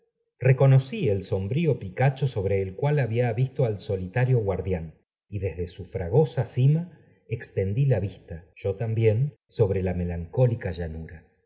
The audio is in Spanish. reconocí el sombrío picacho sobre el cual ha i bía visto al solitario guardián y desde su fragosa f cima extendí la vista yo también sobre la melan